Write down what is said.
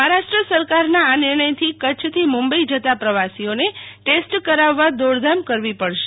મહારાષ્ટ્ર સરકારના આ નિર્ણયથી કચ્છથી મુંબઈ જતા પ્રવાસીઓને ટેસ્ટ કરાવવા દોડધામ કરવી પડશે